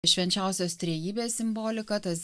švenčiausios trejybės simbolika tas